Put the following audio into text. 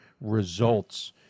results